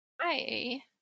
Hi